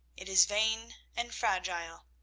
it is vain and fragile.